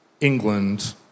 England